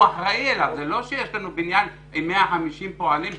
זה לא שיש לנו בניין עם 150 פועלים.